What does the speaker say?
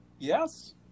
Yes